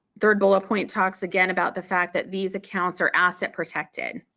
third bullet point talks again about the fact that these accounts are asset protected.